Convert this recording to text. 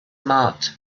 marked